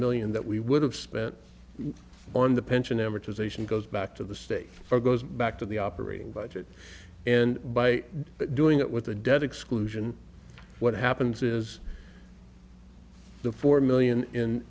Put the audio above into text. million that we would have spent on the pension amortization goes back to the states for goes back to the operating budget and by doing it with the debt exclusion what happens is the four million in